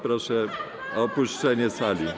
Proszę o opuszczenie sali.